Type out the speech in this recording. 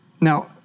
Now